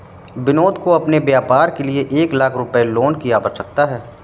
विनोद को अपने व्यापार के लिए एक लाख रूपए के लोन की आवश्यकता है